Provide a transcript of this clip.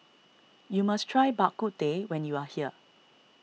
you must try Bak Kut Teh when you are here